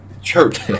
church